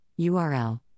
URL